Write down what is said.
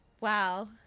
Wow